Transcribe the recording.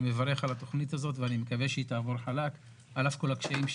אני מברך על התכנית הזאת ואני מקווה שהיא תעבור חלק על אף כל הקשיים.